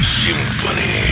symphony